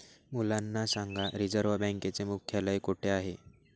मुलांना सांगा रिझर्व्ह बँकेचे मुख्यालय कुठे आहे